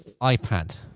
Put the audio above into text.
iPad